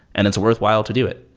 and it's worthwhile to do it.